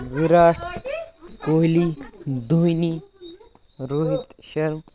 Virat Kohli Dhoni Rohit Sharma